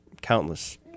countless